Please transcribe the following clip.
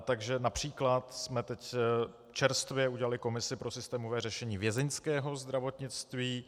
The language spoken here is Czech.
Takže například jsme teď čerstvě udělali komisi pro systémové řešení vězeňského zdravotnictví.